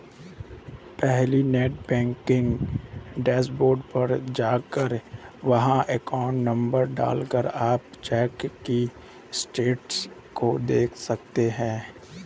पहले net banking dashboard पर जाकर वहाँ अकाउंट नंबर डाल कर अपने चेक के स्टेटस को देख सकते है